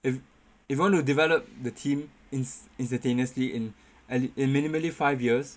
if if you want to develop the team ins~ instantaneously in minimally five years